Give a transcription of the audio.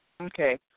Okay